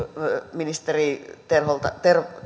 ministeri terholta